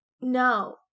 No